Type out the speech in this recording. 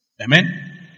Amen